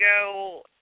go